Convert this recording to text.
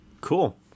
cool